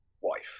wife